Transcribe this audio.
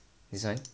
this one